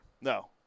No